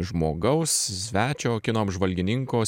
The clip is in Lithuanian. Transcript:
žmogaus svečio kino apžvalgininko